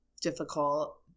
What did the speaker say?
difficult